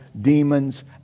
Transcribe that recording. demons